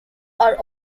are